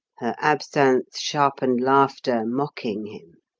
absinthe-sharpened laughter mocking him.